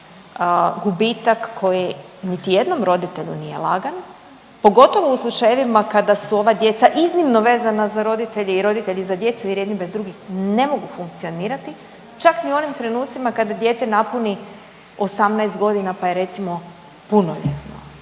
gubitak koji niti jednom roditelju nije lagan pogotovo u slučajevima kada su ova djeca iznimno vezana za roditelje i roditelji za djecu jer jedni bez drugih ne mogu funkcionirati čak ni u onim trenucima kada dijete napuni 18 godina pa je recimo punoljetno.